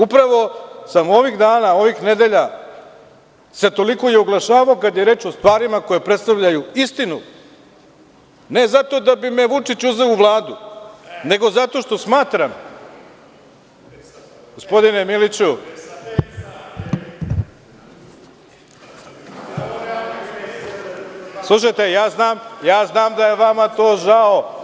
Upravo sam ovih dana, ovih nedelja se toliko i oglašavao kada je reč o stvarima koje predstavljaju istinu, ne zato da bi me Vučić uzeo u Vladu, nego zato što smatram…. (Poslanici negoduju.) Gospodine Miliću, slušajte ja znam da je vama to žao…